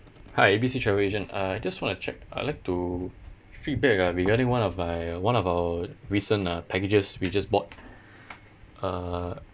hi A B C travel agent uh I just want to check I would like to feedback uh regarding one of my one of our recent uh packages we just bought uh